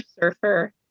surfer